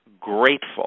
grateful